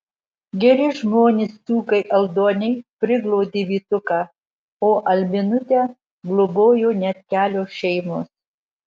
geri žmonės dzūkai aldoniai priglaudė vytuką o albinutę globojo net kelios šeimos